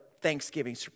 Thanksgiving